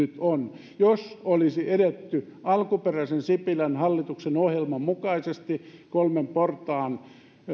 on jos olisi edetty alkuperäisen sipilän hallituksen ohjelman mukaisesti kolmen portaan